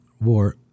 war